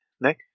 Nick